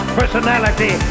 personality